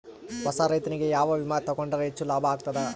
ಹೊಸಾ ರೈತನಿಗೆ ಯಾವ ವಿಮಾ ತೊಗೊಂಡರ ಹೆಚ್ಚು ಲಾಭ ಆಗತದ?